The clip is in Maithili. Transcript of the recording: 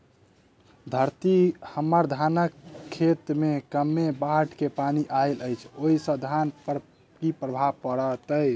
हम्मर धानक खेत मे कमे बाढ़ केँ पानि आइल अछि, ओय सँ धान पर की प्रभाव पड़तै?